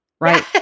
Right